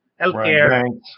healthcare